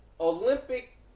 Olympic